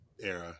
era